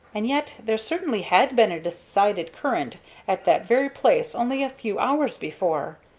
and yet there certainly had been a decided current at that very place only a few hours before.